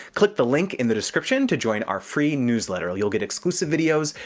click the link in the description to join our free newsletter. you'll get exclusive videos,